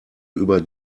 über